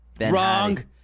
Wrong